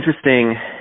interesting